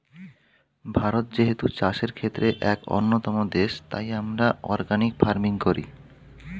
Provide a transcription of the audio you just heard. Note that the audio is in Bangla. ভারত যেহেতু চাষের ক্ষেত্রে এক অন্যতম দেশ, তাই আমরা অর্গানিক ফার্মিং করি